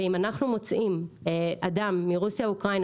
ואם אנחנו מוצאים אדם מרוסיה או אוקראינה